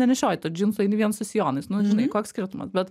nenešioji tų džinsų eini vien su sijonais žinai koks skirtumas bet